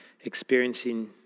experiencing